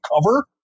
cover